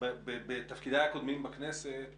בתפקידיי הקודמים בכנסת